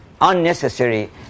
unnecessary